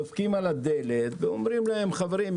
דופקת על הדלת ולומר: חברים,